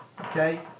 Okay